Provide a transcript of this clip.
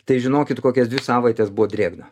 tai žinokit kokias dvi savaites buvo drėgna